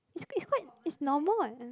it's it's quite it's normal what and